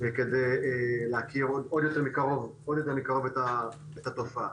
כדי להכיר עוד יותר מקרוב את התופעה.